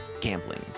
gambling